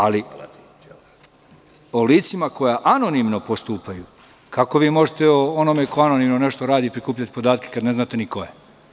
Ali o licima koja anonimno postupaju, kako može o onome ko anonimno nešto radi prikupljati podatke kada ne znate ko je?